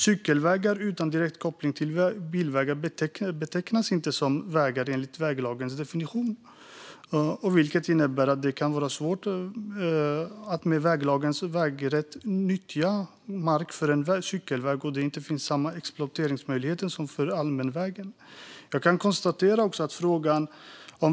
Cykelvägar utan direkt koppling till bilvägar betecknas inte som vägar enligt väglagens definition, vilket innebär att det kan vara svårt att med väglagens vägrätt nyttja mark för en cykelväg, då det inte finns samma exploateringsmöjligheter som för allmänväg.